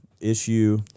issue